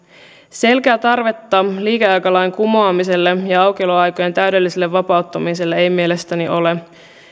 selkeää tarvetta liikeaikalain kumoamiselle ja aukioloaikojen täydelliselle vapauttamiselle ei mielestäni ole